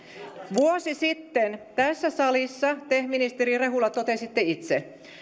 vuosi sitten tässä salissa te ministeri rehula totesitte itse